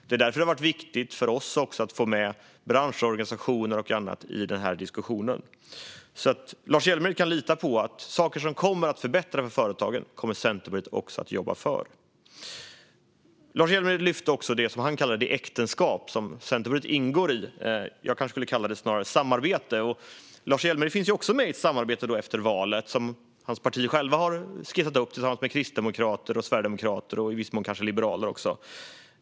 Det är därför det har varit viktigt för oss att få med branschorganisationer och annat i diskussionen. Lars Hjälmered kan lita på att Centerpartiet kommer att jobba för de saker som förbättrar för företagen. Lars Hjälmered lyfte också fram det som han kallar det äktenskap som Centerpartiet ingår i. Jag kanske snarare skulle kalla det samarbete. Lars Hjälmered finns ju också med i ett samarbete, som hans parti självt har skissat upp tillsammans med kristdemokrater, sverigedemokrater och i viss mån kanske även liberaler för tiden efter valet.